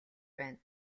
байна